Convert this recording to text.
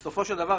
דבר,